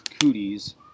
cooties